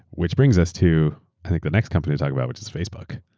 which brings us to like the next company to talk about which is facebook.